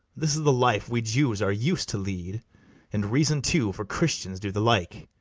this is the life we jews are us'd to lead and reason too, for christians do the like.